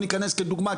לא ניכנס לדוגמא,